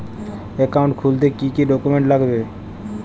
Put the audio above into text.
Account খুলতে কি কি ডকুমেন্ট লাগবে?